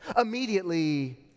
immediately